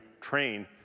train